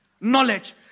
knowledge